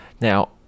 Now